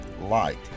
light